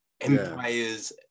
Empires